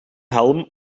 helm